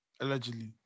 Allegedly